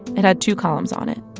it had two columns on it.